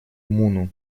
муну